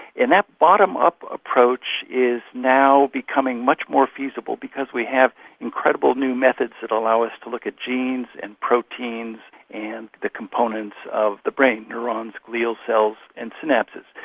and that bottom-up approach is now becoming much more feasible because we have incredible new methods that allow us to look at genes and proteins and the components of the brain neurons, glial cells and synapses.